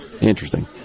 Interesting